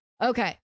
Okay